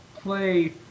play